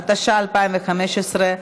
התשע"ח 2018,